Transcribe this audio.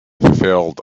fulfilled